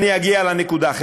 חבריא, אגיע לנקודה: